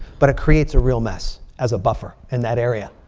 but it creates a real mess as a buffer in that area.